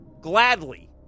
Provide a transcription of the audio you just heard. gladly